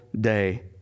day